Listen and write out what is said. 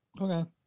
Okay